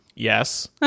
Yes